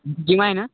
gym आहे ना